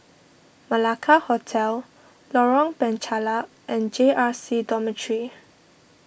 Malacca Hotel Lorong Penchalak and J R C Dormitory